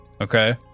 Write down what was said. Okay